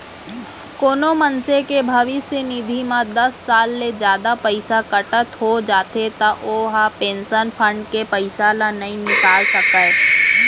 कोनो मनसे के भविस्य निधि म दस साल ले जादा पइसा कटत हो जाथे त ओ ह पेंसन फंड के पइसा ल नइ निकाल सकय